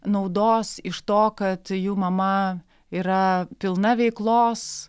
naudos iš to kad jų mama yra pilna veiklos